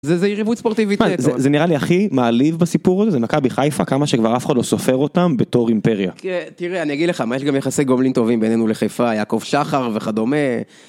זה זה יריבות ספורטיבית, זה נראה לי הכי מעליב בסיפור הזה, זה חיפה כמה שכבר אף אחד לא סופר אותם בתור אימפריה. תראה, אני אגיד לך, מה יש גם יחסי גומלין טובים בינינו לחיפה, יעקב שחר וכדומה.